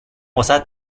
واست